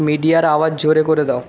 মিডিয়ার আওয়াজ জোরে করে দাও